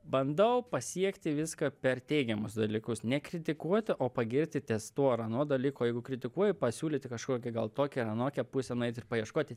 bandau pasiekti viską per teigiamus dalykus ne kritikuoti o pagirti ties tuo ar anuo dalyku o jeigu kritikuoji pasiūlyti kažkokį gal tokią ar anokią pusę nueit ir paieškoti